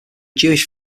jewish